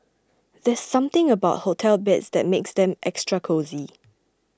there's something about hotel beds that makes them extra cosy